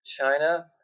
China